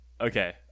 okay